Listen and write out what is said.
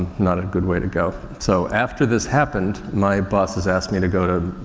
not a good way to go. so, after this happened my bosses asked me to go to,